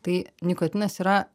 tai nikotinas yra